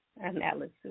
analysis